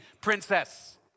princess